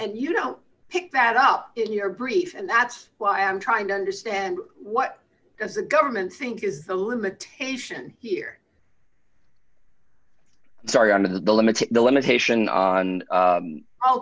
you don't pick that up in your brief and that's why i'm trying to understand what does the government think is the limitation here sorry under the limiting the limitation on